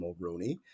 Mulroney